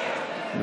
כמה אפשר כבר?